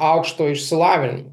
aukšto išsilavinimo